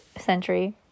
century